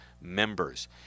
members